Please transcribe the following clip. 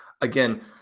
again